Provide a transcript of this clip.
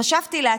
חשבתי לעצמי: